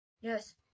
Yes